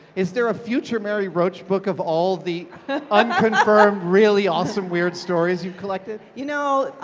is there a future mary roach book of all the unconfirmed, really awesome, weird stories you've collected? you know,